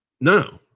No